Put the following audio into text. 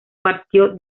partió